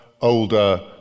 older